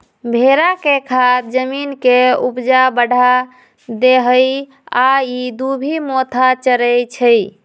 भेड़ा के खाद जमीन के ऊपजा बढ़ा देहइ आ इ दुभि मोथा चरै छइ